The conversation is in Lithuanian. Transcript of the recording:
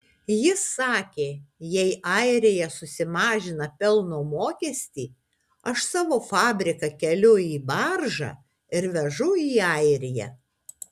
jis sakė jei airija susimažina pelno mokestį aš savo fabriką keliu į baržą ir vežu į airiją